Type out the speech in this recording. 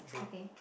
okay